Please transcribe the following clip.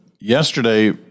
Yesterday